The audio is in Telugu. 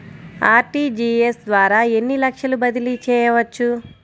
అర్.టీ.జీ.ఎస్ ద్వారా ఎన్ని లక్షలు బదిలీ చేయవచ్చు?